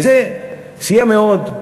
וזה סייע מאוד.